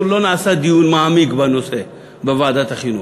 לא נעשה דיון מעמיק בנושא בוועדת החינוך.